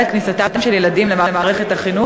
לפי בקשת המחלקה המשפטית להעבירה לוועדת הפנים והגנת הסביבה,